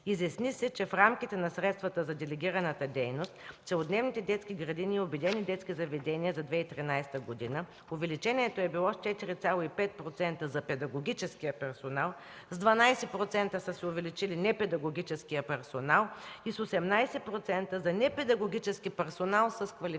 Изясни се, че в рамките на средствата за делегираната дейност в целодневните детски градини и обединените детски заведения за 2013 г. увеличението е било с 4,5% за педагогическия персонал, с 12% са се увеличили заплатите на непедагогическия персонал и с 18% – за непедагогически персонал с квалификация обаче.